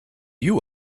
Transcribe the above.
you